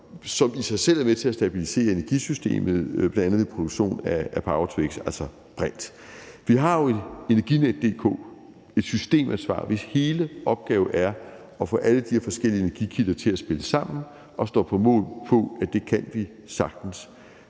som i sig selv er med til at stabilisere energisystemet, bl.a. ved produktion af power-to-x – altså brint. Vi har jo Energinet DK – et system, hvis hele opgave er at få alle de her forskellige energikilder til at spille sammen og stå på mål for, at det kan vi sagtens.